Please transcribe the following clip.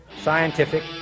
scientific